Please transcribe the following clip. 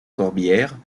corbières